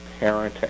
parenting